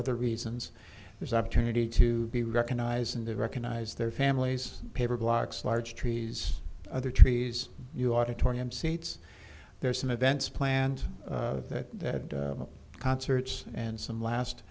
other reasons there's opportunity to be recognized and to recognize their families paper blocks large trees other trees you auditorium seats there are some events planned that concerts and some last